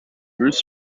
bruce